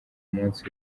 munsi